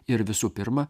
ir visų pirma